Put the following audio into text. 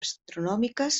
astronòmiques